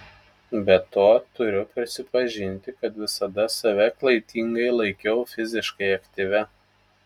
be to turiu prisipažinti kad visada save klaidingai laikiau fiziškai aktyvia